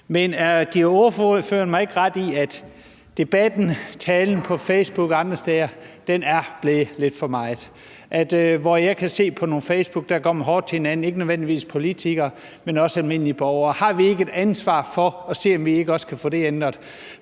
Men giver ordføreren mig ikke ret i, at debatten, talen på Facebook og andre steder er blevet lidt for meget? Jeg kan se nogle steder på Facebook, at der går man hårdt til hinanden, ikke nødvendigvis politikere, men også almindelige borgere. Har vi ikke et ansvar for at se, om vi ikke også kan få det ændret?